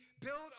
build